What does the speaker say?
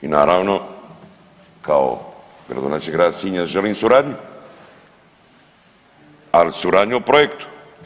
I naravno kao gradonačelnik grada Sinja želim suradnju, ali suradnju u projektu.